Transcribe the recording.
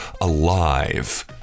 alive